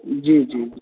जी जी